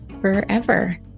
forever